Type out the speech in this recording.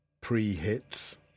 pre-hits